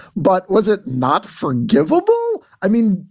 but was it not forgivable? i mean,